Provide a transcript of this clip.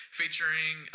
featuring